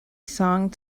song